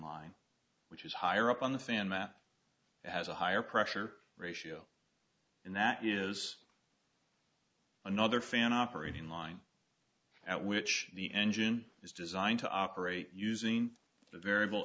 line which is higher up on the fan mat has a higher pressure ratio and that is another fan operating line at which the engine is designed to operate using a variable